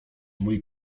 mój